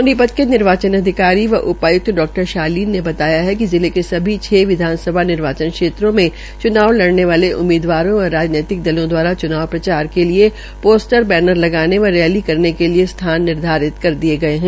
सोनीपत के निर्वाचन अधिकारी व उपाय्क्त डा शालीन ने बताया है कि जिले के सभी छ विधानसभा निर्वाचन क्षेत्रो में च्नाव लड़ने वाले उम्मीदवारों व राजनैजिक दलों दवारा च्नाव प्रचार के लिये पोस्टर बैनर लगने व रैली करने के लिये स्थान निर्धारित किये गये है